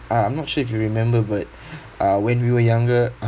uh I'm not sure if you remember but uh when we were younger